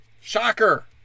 Shocker